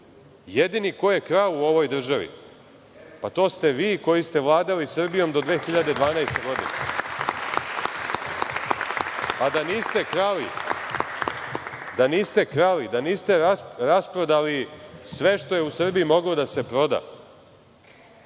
jedini ko je krao u ovoj državi, pa to ste vi koji ste vladali Srbijom do 2012. godine. Da niste krali, da niste rasprodali sve što je u Srbiji moglo da se proda,